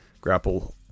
grapple